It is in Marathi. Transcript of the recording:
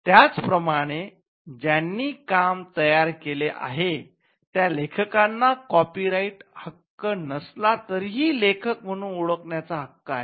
त्याचप्रमाणे ज्यांनी काम तयार केले आहे त्या लेखकांना कॉपीराइट हक्क नसला तरीही लेखक म्हणून ओळखण्याचा हक्क आहे